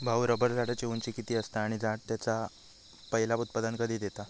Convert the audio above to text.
भाऊ, रबर झाडाची उंची किती असता? आणि झाड त्याचा पयला उत्पादन कधी देता?